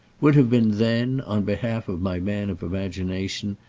would have been then, on behalf of my man of imagination,